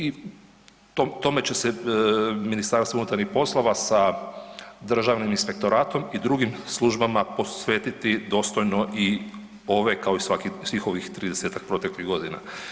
I tome će se MUP sa državnim inspektoratom i drugim službama posvetiti dostojno i ove kao i svake, svih ovih 30-tak proteklih godina.